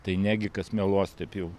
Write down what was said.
tai negi kas meluos taip jau